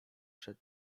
przed